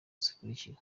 zikurikira